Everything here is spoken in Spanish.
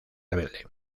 rebelde